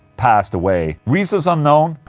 passed away reasons unknown,